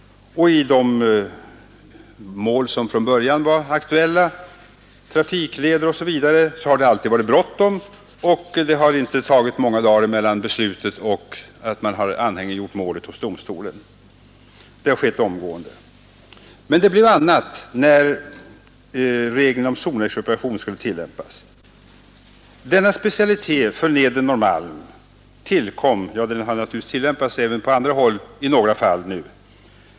I de mål som från början var aktuella, beträffande trafikleder osv., har det alltid varit bråttom, och det har inte tagit många dagar mellan beslutet och att man har anhängiggjort målet hos domstolen. Det har skett omgående. Men det blev annorlunda när regeln om zonexpropriation, denna specialitet för Nedre Norrmalm, skulle tillämpas — den har naturligtvis tillämpats även på andra håll i några fall.